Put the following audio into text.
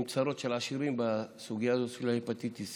עם צרות של עשירים בסוגיה הזאת של ההפטיטיס